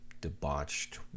debauched